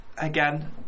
Again